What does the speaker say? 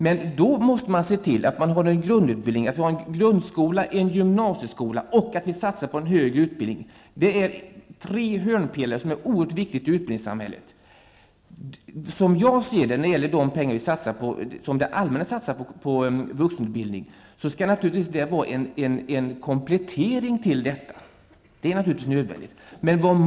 Man måste då se till att det finns en grundutbildning, grundskola och gymnasieskola och att det satsas på högre utbildning. Det är tre hörnpelare som är oerhört viktiga i utbildningssamhället. De pengar som det allmänna satsar på vuxenutbildningen skall vara en komplettering.